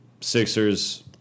Sixers